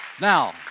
Now